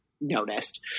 noticed